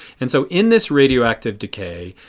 and so in this radioactive decay,